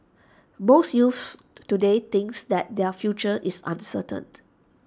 most youths today thinks that their future is uncertain